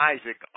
Isaac